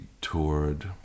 toured